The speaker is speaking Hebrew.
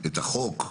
את החוק?